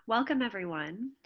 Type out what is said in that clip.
welcome everyone.